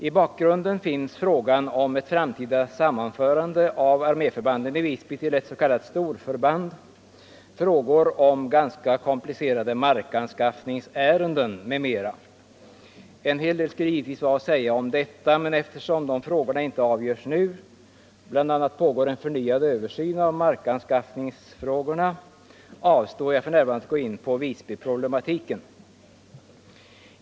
I bakgrunden finns frågan om ett framtida sammanförande av arméförbanden i Visby till ett s.k. storförband, ganska komplicerade markanskaffningsärenden m.m. En hel del skulle givetvis vara att säga om detta, men eftersom dessa frågor inte avgörs nu — bl.a. pågår en förnyad översyn av markanskaffningsfrågorna — avstår jag för närvarande från att gå in på Visbyproblematiken.